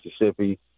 Mississippi